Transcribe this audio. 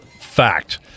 fact